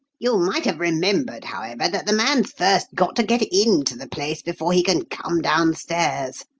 you might have remembered, however, that the man's first got to get into the place before he can come downstairs.